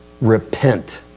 repent